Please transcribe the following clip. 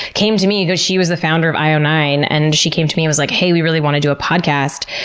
came to me, because she was the founder of i o nine, and she came to me and was like, hey, we really want to do a podcast.